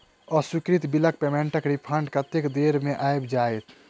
अस्वीकृत बिलक पेमेन्टक रिफन्ड कतेक देर मे आबि जाइत?